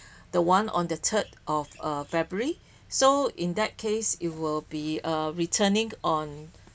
the [one] on the third of uh february so in that case it will be uh returning on